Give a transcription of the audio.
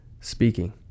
speaking